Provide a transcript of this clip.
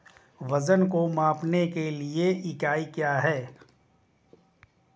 वजन को मापने के लिए इकाई क्या है?